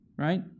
Right